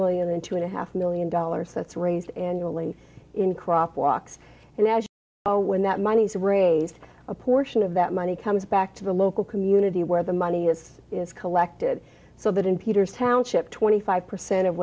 million and two and a half million dollars that's raised annually in crop walks and as when that money's raised a portion of that money comes back to the local community where the money is is collected so that in peter's township twenty five percent of